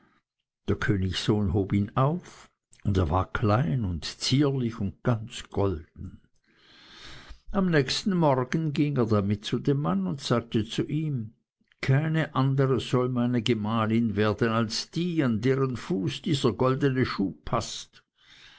der königssohn hob ihn auf und er war klein und zierlich und ganz golden am nächsten morgen ging er damit zu dem mann und sagte zu ihm keine andere soll meine gemahlin werden als die an deren fuß dieser goldene schuh paßt